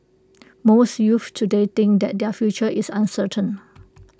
most youths today think that their future is uncertain